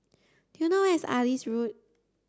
do you know where is Alis Road